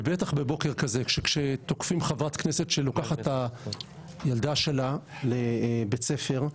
ובטח בבוקר כזה כשתוקפים חברת כנסת שלוקחת את הילדה שלה לבית ספר,